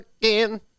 again